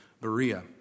Berea